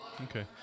Okay